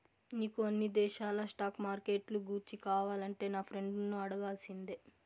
నీకు అన్ని దేశాల స్టాక్ మార్కెట్లు గూర్చి కావాలంటే నా ఫ్రెండును అడగాల్సిందే